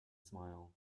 smile